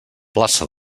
plaça